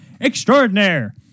Extraordinaire